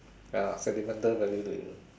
ya sentimental value to you